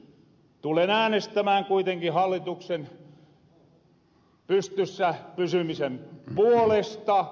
tulen äänestämään kuitenkin hallituksen pystyssä pysymisen puolesta